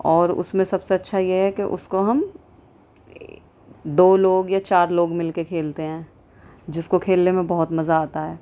اور اس میں سب سے اچھا یہ ہے کہ اس کو ہم دو لوگ یا چار لوگ مل کے کھیلتے ہیں جس کو کھیلنے میں بہت مزہ آتا ہے